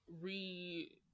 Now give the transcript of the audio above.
re